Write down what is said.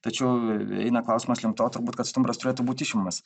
tačiau eina klausimas link to turbūt kad stumbras turėtų būti išimamas